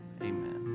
amen